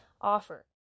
offer